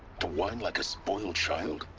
to whine like a spoiled child?